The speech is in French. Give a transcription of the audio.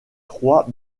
trois